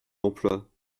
emploi